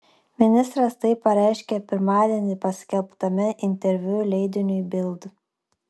ministras tai pareiškė pirmadienį paskelbtame interviu leidiniui bild